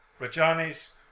Rajani's